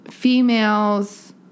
Females